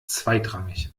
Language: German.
zweitrangig